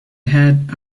had